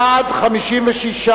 בעד, 56,